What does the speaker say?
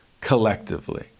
collectively